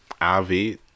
avi